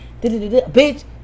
bitch